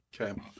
Okay